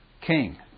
king